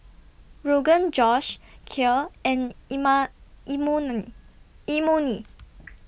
Rogan Josh Kheer and Imoni